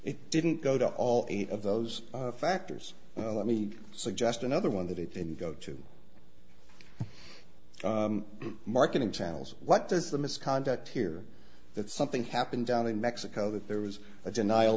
it didn't go to all eight of those factors let me suggest another one that it didn't go to marketing channels what does the misconduct here that something happened down in mexico that there was a denial